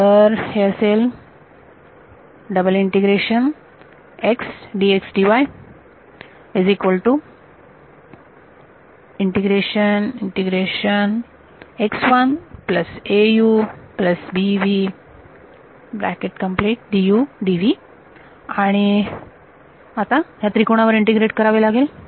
तर हे असेल आणि ह्याला आता त्रिकोणावर इंटिग्रेट करावे लागेल